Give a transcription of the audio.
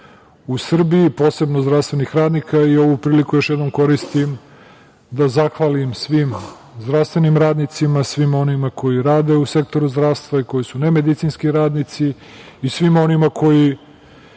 u Srbiji, posebno zdravstvenih radnika. Ovu priliku još jednom koristim da zahvalim svim zdravstvenim radnicima, svima onima koji rade u sektoru zdravstva i koji su nemedicinski radnici i svima onima koji